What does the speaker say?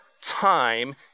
time